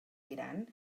diran